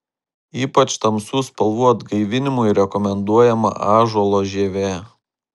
ypač tamsių spalvų atgaivinimui rekomenduojama ąžuolo žievė